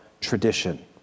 tradition